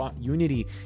Unity